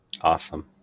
awesome